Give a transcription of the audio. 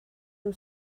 nhw